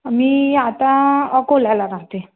मी आता अकोल्याला राहते